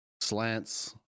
slants